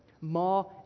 More